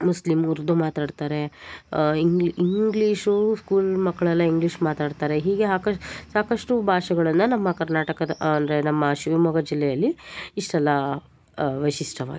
Muslim Urdu ಮಾತಾಡ್ತಾರೆ ಇಂಗ್ಲೀಷೂ school ಮಕ್ಕಳೆಲ್ಲ ಇಂಗ್ಲೀಷ್ ಮಾತಾಡ್ತಾರೆ ಹೀಗೆ ಸಾಕಷ್ಟ್ ಸಾಕಷ್ಟು ಭಾಷೆಗಳನ್ನ ನಮ್ಮ ಕರ್ನಾಟಕದ ಅಂದರೆ ನಮ್ಮ ಶಿವಮೊಗ್ಗ ಜಿಲ್ಲೆಯಲ್ಲಿ ಇಷ್ಟೆಲ್ಲ ವೈಶಿಷ್ಟ್ಯವಾಗಿದೆ